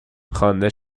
خوانده